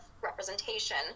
representation